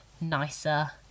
nicer